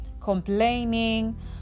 complaining